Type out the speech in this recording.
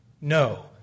No